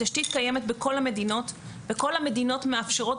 התשתית קיימת בכל המדינות וכל המדינות מאפשרות,